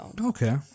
Okay